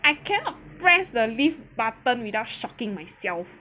I cannot press the lift button without shocking myself